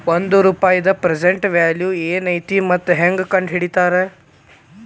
ಒಂದ ರೂಪಾಯಿದ್ present value ಏನೈತಿ ಮತ್ತ ಹೆಂಗ ಕಂಡಹಿಡಿತಾರಾ